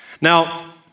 Now